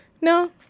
no